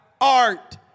art